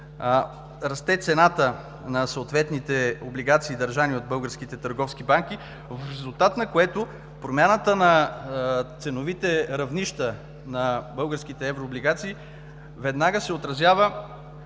расте цената на съответните облигации, държани от българските търговски банки, в резултат на което промяната на ценовите равнища на българските еврооблигации веднага се отразява